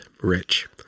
rich